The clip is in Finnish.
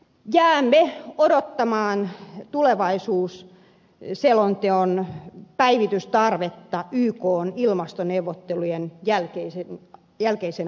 jäämme odottamaan tulevaisuusselonteon päivitystarvetta ykn ilmastoneuvottelujen jälkeisenä aikana